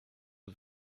had